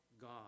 God